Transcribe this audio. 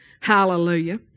Hallelujah